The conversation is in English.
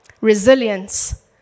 Resilience